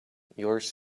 yours